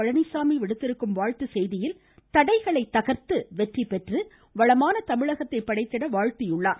பழனிசாமி விடுத்திருக்கும் வாழ்த்துச்செய்தியில் தடைகளை தகர்த்து வெற்றிபெற்று வளமான தமிழகத்தை படைத்திட வாழ்த்தியுள்ளார்